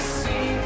see